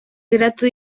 geratu